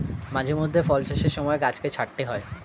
মাঝে মধ্যে ফল চাষের সময় গাছকে ছাঁটতে হয়